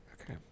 Okay